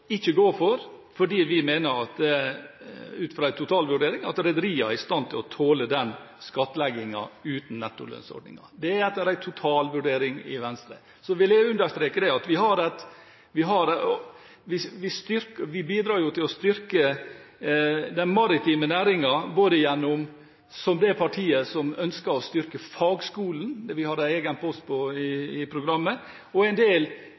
ikke å gå for, fordi vi ut fra en totalvurdering mener at rederiene er i stand til å tåle den skattleggingen, uten nettolønnsordningen. Det er etter en totalvurdering i Venstre. Så vil jeg understreke at vi bidrar til å styrke den maritime næringen som det partiet som ønsker å styrke fagskolen – vi har en egen post på det i programmet. I tillegg har vi en del